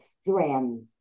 strands